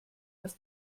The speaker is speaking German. dass